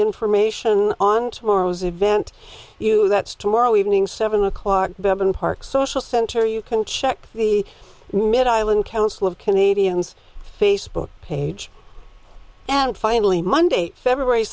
information on tomorrow's event that's tomorrow evening seven o'clock bevan park social center you can check the mid island council of canadians facebook page and finally monday february